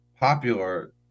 popular